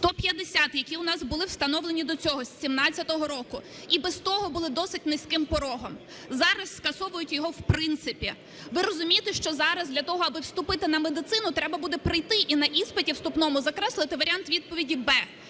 150, які у нас були встановлені до цього, з 2017 року, і без того були досить низьким порогом. Зараз скасовують його в принципі. Ви розумієте, що зараз для того, аби вступити на медицину, треба буде прийти і на іспиті вступному закреслити варіант відповіді "б"